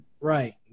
Right